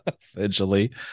essentially